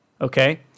okay